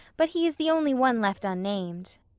but he is the only one left unnamed.